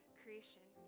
creation